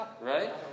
right